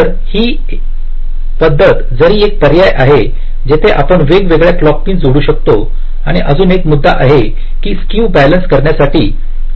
तर ही पद्धत जरी एक पर्यायी आहे जिथे आपण वेगवेगळ्या क्लॉक पिन जोडू शकता आणि अजून एक मुद्दा आहे कि स्केव बॅलन्स करण्यासाठी